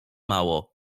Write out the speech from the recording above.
mało